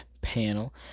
panel